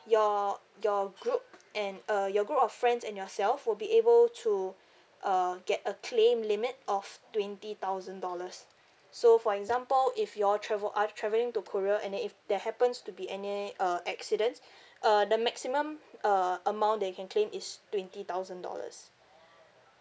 your your group and uh your group of friends and yourself would be able to uh get a claim limit of twenty thousand dollars so for example if you all travel are travelling to korea and then if there happens to be any uh accident uh the maximum uh amount that you can claim is twenty thousand dollars